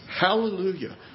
Hallelujah